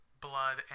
blood